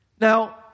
Now